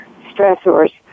stressors